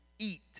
eat